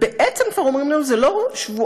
בעצם כבר אומרים לנו: זה לא שבועיים,